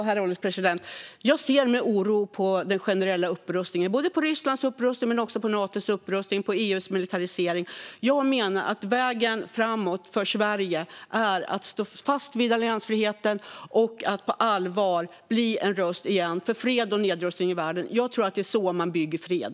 Herr ålderspresident! Jag ser med oro på den generella upprustningen - både Rysslands och Natos upprustning och EU:s militarisering. Jag menar att vägen framåt för Sverige är att stå fast vid alliansfriheten och att på allvar återigen bli en röst för fred och nedrustning i världen. Jag tror att det är så man bygger fred.